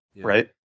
right